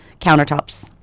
countertops